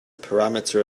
parameter